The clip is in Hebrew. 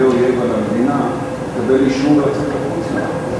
אויב על המדינה מקבל אישור לצאת לחוץ-לארץ?